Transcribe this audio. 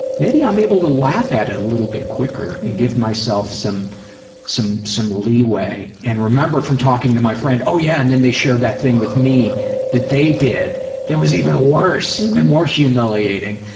maybe i'm able to laugh at it a little bit quicker and give myself some some leeway, and remember from talking to my friend, oh, yeah, and then they shared that thing with me that they did that was even worse and more humiliating,